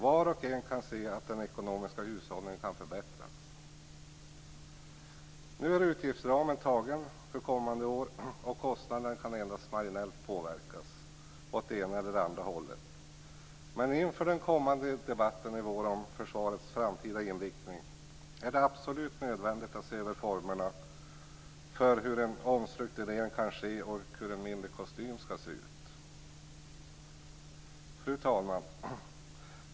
Var och en kan se att den ekonomiska hushållningen kan förbättras. Nu är utgiftsramen fastlagd för kommande år, och kostnaderna kan endast marginellt påverkas åt ena eller andra hållet. Men inför den kommande debatten i vår om försvarets framtida inriktning är det absolut nödvändigt att se över formerna för hur en omstrukturering kan ske och hur en mindre kostym skall se ut. Fru talman!